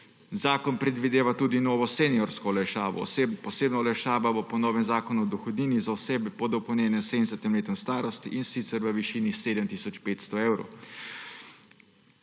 Zakon predvideva tudi novo seniorsko olajšavo. Posebna olajšava bo po novem Zakonu o dohodnini za osebe po dopolnjenem 70. letu starosti, in sicer v višini 7 tisoč 500 evrov.